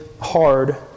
hard